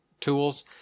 tools